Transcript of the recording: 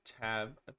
tab